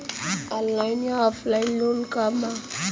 Online या offline loan का बा?